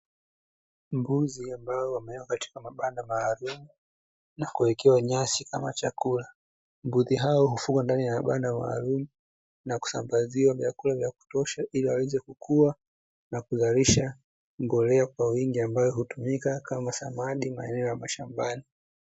Mbuzi ambao wamewekwa katika mabanda maalumu na kuwekewa nyasi kama chakula, Mbuzi hao hufugwa ndani ya mabanda maalumu na kusambaziwa vyakula vya kutosha ili waweze kukua na kuzalisha mbolea kwa wingi ambayo hutumika kama samadi maeneo ya mashambani.